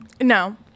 No